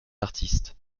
artistes